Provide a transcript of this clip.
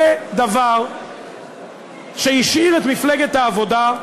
זה דבר שהשאיר את מפלגת העבודה,